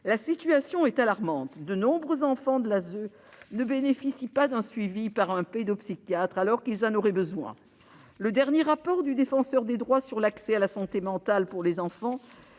la situation est alarmante : nombre d'enfants de l'ASE ne bénéficient pas du suivi d'un pédopsychiatre, alors qu'ils en auraient besoin. Le dernier rapport du Défenseur des droits sur l'accès des enfants à la santé